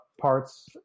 parts